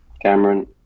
Cameron